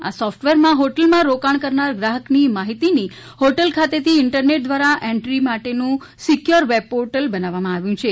આ સોફટવેરમાં હોટલમાં રોકાણ કરનાર ગ્રાહકની માહિતીની હોટલ ખાતેથી ઈન્ટરનેટ દ્વારા એન્ટ્રી માટેનું સીક્યોર વેબ પોર્ટલ બનાવવામાં આવ્યું છે